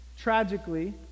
Tragically